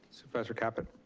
supervisor caput.